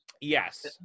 Yes